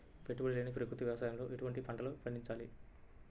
పెట్టుబడి లేని ప్రకృతి వ్యవసాయంలో ఎటువంటి పంటలు పండించాలి?